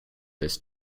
this